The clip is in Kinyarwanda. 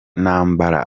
ntambara